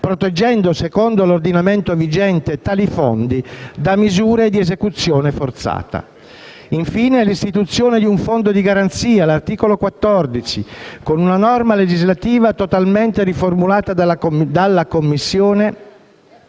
proteggendo secondo l'ordinamento vigente tali fondi da misure di esecuzione forzata. Infine, l'articolo 14 prevede l'istituzione di un fondo di garanzia, con una norma legislativa totalmente riformulata dalla Commissione